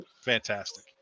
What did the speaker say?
fantastic